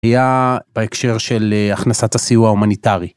היה בהקשר של הכנסת הסיוע ההומניטרי.